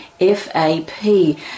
FAP